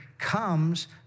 comes